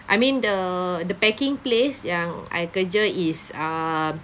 I mean the the packing place yang I kerja is um